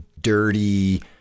dirty